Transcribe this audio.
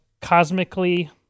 cosmically